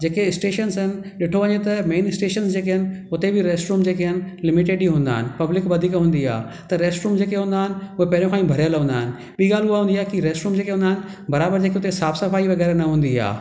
जेके स्टेशन्स आहिनि ॾिठो वञे त मेन स्टेशन्स जेके आहिनि हुते बि रेस्टरूम जेके आहिनि लिमिटिड ई हूंदा आहिनि पब्लिक वधीक हूंदी आहे त रैस्टरूम जेके हूंदा आहिनि उहा पहिरियों खा ई भरियल हूंदा आहिनि ॿी ॻाल्हि उहा हूंदी आहे कि रैस्टरूम जेके हूंदा आहिनि बराबर जेके हुते साफ़ सफ़ाई वग़ैरह न हूंदी आ्हे